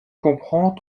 comprend